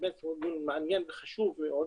באמת דיון מעניין וחשוב מאוד,